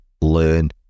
learn